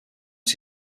ser